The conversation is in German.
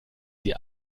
sie